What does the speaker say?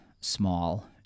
small